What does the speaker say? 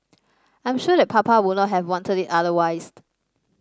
I am sure that Papa would not have wanted it otherwise